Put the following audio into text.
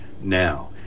now